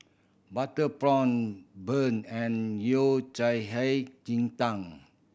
butter prawn bun and Yao Cai Hei Ji Tang